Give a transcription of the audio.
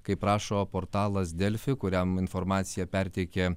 kaip rašo portalas delfi kuriam informaciją perteikė